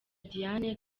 diane